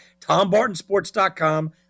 TomBartonSports.com